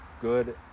good